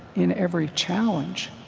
in every challenge.